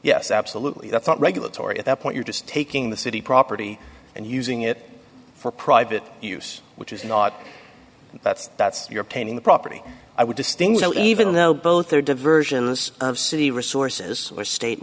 yes absolutely that's not regulatory at that point you're just taking the city property and using it for private use which is not that's that's you're painting the property i would distinguish even though both are diversions of city resources or state